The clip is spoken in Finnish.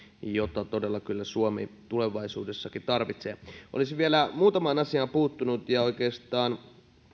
jota todella kyllä suomi tulevaisuudessakin tarvitsee olisin vielä muutamaan asiaan puuttunut ja oikeastaan